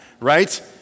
right